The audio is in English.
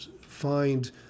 find